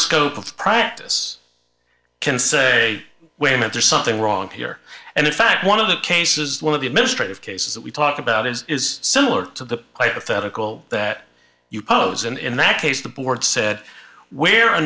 scope of practice can say women there's something wrong here and in fact one of the cases one of the administrative cases that we talk about is similar to the hypothetical that you pose and in that case the board said where a